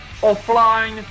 offline